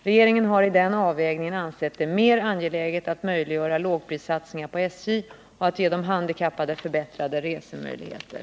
Regeringen har i den avvägningen ansett det mer angeläget att möjliggöra lågprissatsningar på SJ och att ge de handikappade förbättrade resemöjligheter.